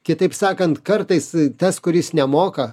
kitaip sakant kartais tas kuris nemoka